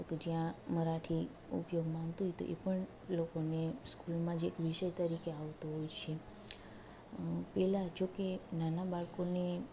તો કે જ્યાં મરાઠી ઉપયોગમાં આવતી હોય એ પણ લોકોને સ્કૂલમાં જ એક વિષય તરીકે આવતું હોય છે પહેલાં જો કે નાના બાળકોને